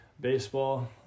baseball